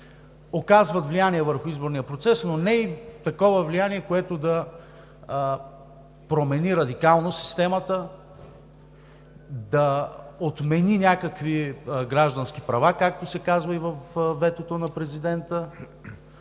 оказват влияние върху изборния процес, но не и такова влияние, което да промени радикално системата, да отмени някакви граждански права, както се казва и във ветото на президента,